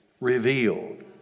revealed